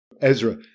Ezra